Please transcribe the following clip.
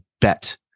bet